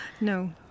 no